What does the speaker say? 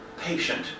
patient